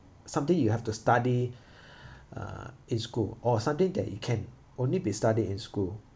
something you have to study uh in school or something that you can only be studied in school